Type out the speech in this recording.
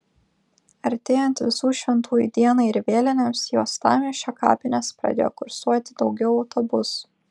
artėjant visų šventųjų dienai ir vėlinėms į uostamiesčio kapines pradėjo kursuoti daugiau autobusų